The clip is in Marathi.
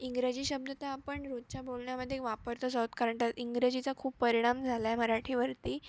इंग्रजी शब्द तर आपण रोजच्या बोलण्यामध्ये वापरतच आहोत कारण त्यात इंग्रजीचा खूप परिणाम झाला आहे मराठीवरती